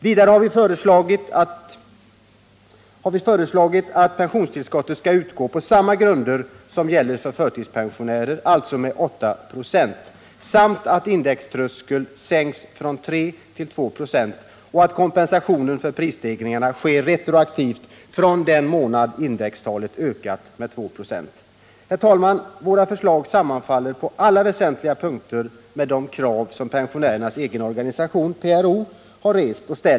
Vidare har vi föreslagit att pensionstillskottet skall utgå på de grunder som gäller för förtidspensionärer, alltså med 8 96 , att indextröskeln skall sänkas från 3 till 2 96 samt att kompensationen för prisstegringarna skall ske retroaktivt från den månad indextalet ökat med 29K46. Herr talman! Våra förslag sammanfaller på alla väsentliga punkter med de krav som pensionärernas egen organisation, PRO, har rest.